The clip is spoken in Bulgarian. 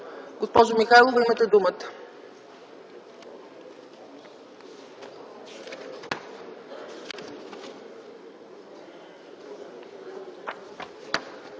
Госпожо Фидосова, имате думата.